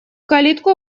калитку